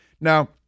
Now